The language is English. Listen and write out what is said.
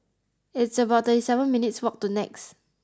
it's about thirty seven minutes' walk to Nex